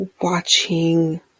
watching